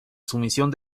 sumisión